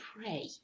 pray